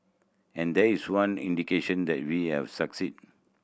and there is one indication that we have succeed